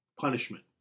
punishment